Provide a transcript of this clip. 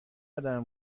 ادم